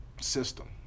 system